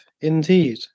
indeed